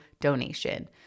donation